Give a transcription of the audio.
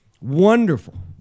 wonderful